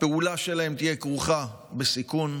הפעולה שלהם תהיה כרוכה בסיכון,